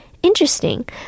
interesting